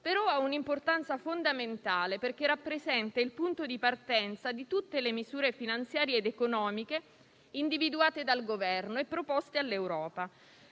però ha un'importanza fondamentale, perché rappresenta il punto di partenza di tutte le misure finanziarie ed economiche individuate dal Governo e proposte all'Europa.